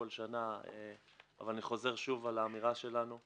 שנה, אבל אני חוזר שוב על האמירה שלנו: